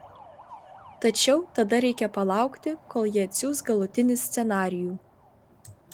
tačiau tada reikia palaukti kol ji atsiųs galutinį scenarijų